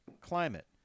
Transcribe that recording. climate